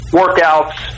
workouts